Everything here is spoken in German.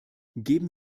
geben